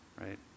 Right